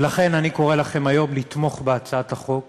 ולכן, אני קורא לכם היום לתמוך בהצעת החוק.